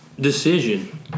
decision